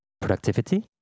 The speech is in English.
productivity